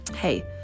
Hey